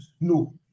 no